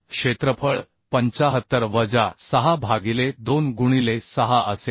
क्षेत्रफळ 75 वजा 6 भागिले 2 गुणिले 6 असेल